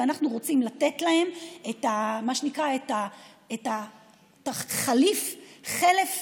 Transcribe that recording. ואנחנו רוצים לתת להם את מה שנקרא חלף הפרנסה,